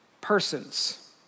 persons